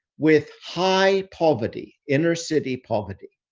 with high poverty, inner city poverty,